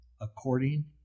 according